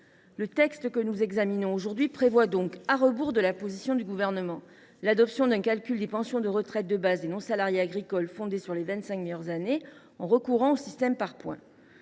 Le texte que nous examinons aujourd’hui prévoit donc, à rebours de la position du Gouvernement, l’adoption d’un calcul des pensions de retraite de base des non salariés agricoles fondé sur les vingt cinq meilleures années, en recourant au système par points.